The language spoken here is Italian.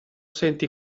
senti